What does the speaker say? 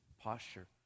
posture